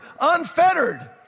unfettered